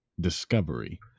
Discovery